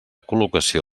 col·locació